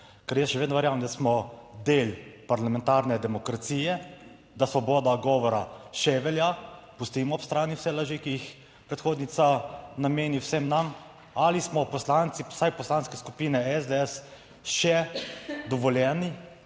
Ker jaz še vedno verjamem, da smo del parlamentarne demokracije, da svoboda govora še velja. Pustimo ob strani vse laži, ki jih predhodnica nameni vsem nam ali smo poslanci vsaj Poslanske skupine SDS še dovoljeni